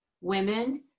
women